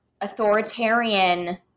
authoritarian